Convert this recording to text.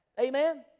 amen